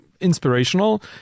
inspirational